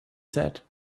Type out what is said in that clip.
said